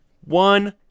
One